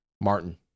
Martin